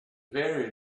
very